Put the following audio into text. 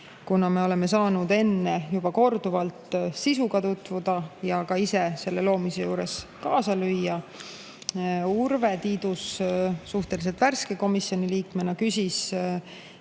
kuna me olime saanud juba enne korduvalt sisuga tutvuda ja ka ise selle loomises kaasa lüüa. Urve Tiidus suhteliselt värske komisjoniliikmena küsis